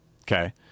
Okay